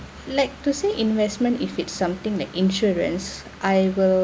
like to say investment if it's something the insurance I will